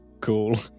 Cool